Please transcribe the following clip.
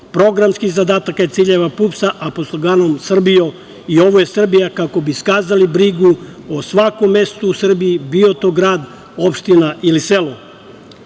programskih zadataka i ciljeva PUPS-a pod sloganom „Srbijo, i ovo je Srbija“ kako bi iskazali brigu o svakom mestu u Srbiji bio to grad, opština ili selo.U